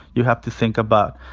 you have to think about,